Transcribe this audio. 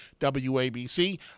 WABC